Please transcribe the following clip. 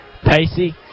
Pacey